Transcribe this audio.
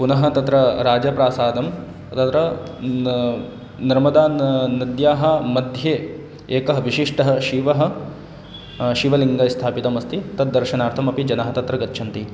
पुनः तत्र राजप्रासादः रुद्रः न नर्मदा न नद्याः मध्ये एकः विशिष्टः शिवः शिवलिङ्गः स्थापितः अस्ति तद्दर्शनार्थमपि जनाः तत्र गच्छन्ति